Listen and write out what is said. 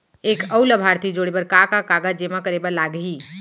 एक अऊ लाभार्थी जोड़े बर का का कागज जेमा करे बर लागही?